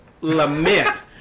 lament